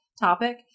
topic